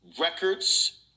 records